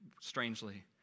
strangely